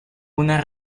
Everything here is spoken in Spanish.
una